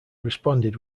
responded